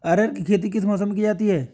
अरहर की खेती किस मौसम में की जाती है?